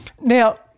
Now